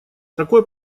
такой